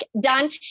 done